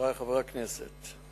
חברי חברי הכנסת,